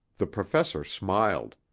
the professor smiled.